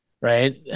Right